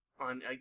on